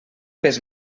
pes